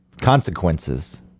consequences